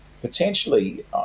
potentially